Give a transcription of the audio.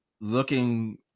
looking